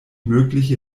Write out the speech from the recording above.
mögliche